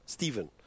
Stephen